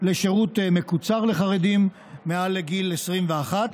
לשירות מקוצר לחרדים מעל לגיל 21,